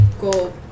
go